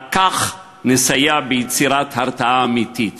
רק כך נסייע ביצירת הרתעה אמיתית.